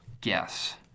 Guess